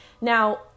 Now